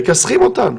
'מכסחים אותנו.